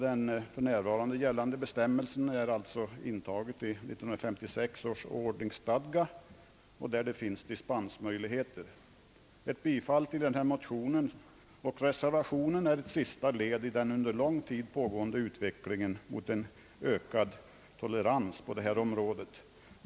Den för närvarande gällande bestämmelsen är alltså intagen i 1956 års ordningsstadga, enligt vilken det finns dispensmöjligheter. Ett bifall till motionen och reservationen är ett sista led i den under lång tid pågående utvecklingen mot ökad tolerans på detta område.